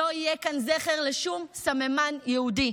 לא יהיה כאן זכר לשום סממן יהודי.